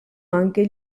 anche